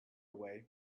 away